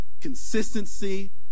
consistency